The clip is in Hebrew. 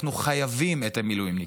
אנחנו חייבים את המילואימניקים,